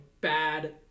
bad